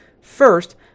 First